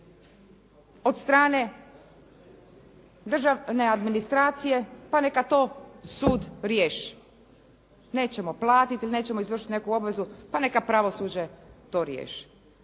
od strane državne administracije pa neka to sud riješi. Nećemo platiti, nećemo izvršiti neku obvezu pa neka pravosuđe to riješi.